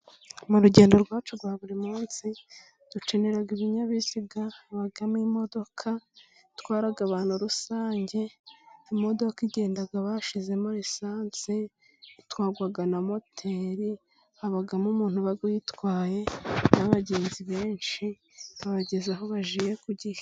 Mu rugendo rwacu rwa buri munsi dukenera ibinyabiziga, habamo imodoka itwara abantu rusange, imodoka igenda bashyizemo esase itwarwa na moteri, habamo umuntu uba ayitwaye n'abagenzi benshi abageza aho bagiye ku gihe.